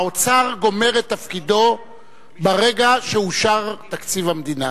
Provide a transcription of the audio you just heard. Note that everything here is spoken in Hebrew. האוצר גומר את תפקידו ברגע שאושר תקציב המדינה,